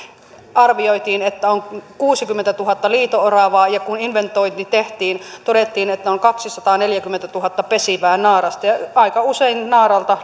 että on kuusikymmentätuhatta liito oravaa ja kun inventointi tehtiin todettiin että on kaksisataaneljäkymmentätuhatta pesivää naarasta aika usein naaraalta